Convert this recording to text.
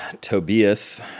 Tobias